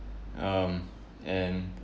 um and